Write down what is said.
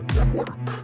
Network